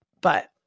but-